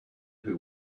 who